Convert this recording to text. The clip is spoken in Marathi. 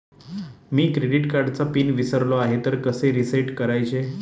मी क्रेडिट कार्डचा पिन विसरलो आहे तर कसे रीसेट करायचे?